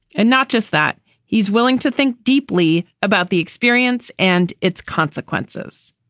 and not just that he's willing to think deeply about the experience and its consequences.